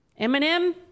Eminem